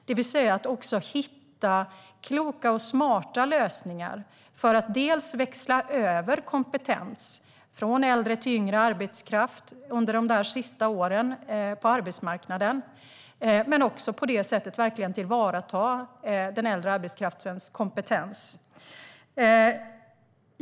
Det handlar om att hitta kloka och smarta lösningar för att dels växla över kompetens från äldre till yngre arbetskraft under de där sista åren på arbetsmarknaden, dels att på det sättet verkligen tillvarata den äldre arbetskraftens kompetens.